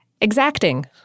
exacting